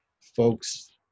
folks